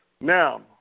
Now